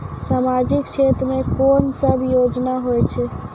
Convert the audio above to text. समाजिक क्षेत्र के कोन सब योजना होय छै?